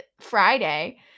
Friday